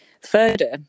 further